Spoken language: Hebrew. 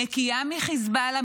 נקייה מחיזבאללה,